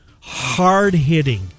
hard-hitting